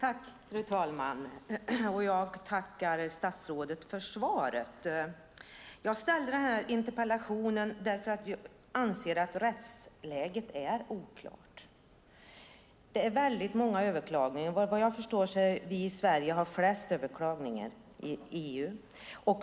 Fru talman! Jag tackar statsrådet för svaret. Jag ställde interpellationen därför att jag anser att rättsläget är oklart. Det är många överklaganden; vad jag förstår har vi i Sverige flest överklaganden i EU.